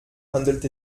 handelt